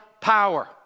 power